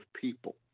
people